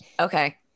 Okay